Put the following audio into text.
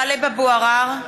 (קוראת בשמות חברי הכנסת) טלב אבו עראר,